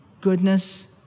goodness